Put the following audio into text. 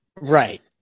Right